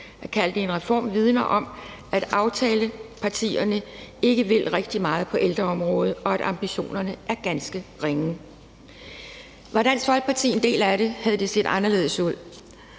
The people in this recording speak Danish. At kalde det en reform, vidner om, at aftalepartierne ikke vil særlig meget på ældreområdet, og at ambitionerne er ganske ringe. Hvis Dansk Folkeparti havde været med i det, havde det set anderledes ud,